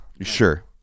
Sure